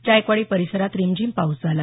जायकवाडी परिसरात रिमझिम पाऊस झाला